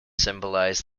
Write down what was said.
symbolize